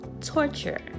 torture